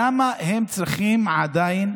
למה הן צריכות עדיין,